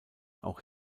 auch